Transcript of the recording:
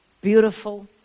Beautiful